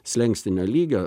slenkstinio lygio